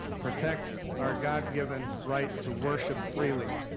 protect our god-given right to worship freely.